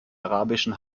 arabischen